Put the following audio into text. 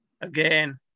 again